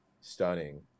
stunning